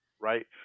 right